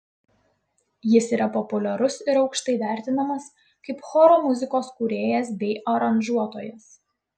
jis yra populiarus ir aukštai vertinamas kaip choro muzikos kūrėjas bei aranžuotojas